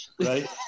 right